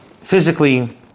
physically